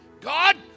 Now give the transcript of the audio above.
God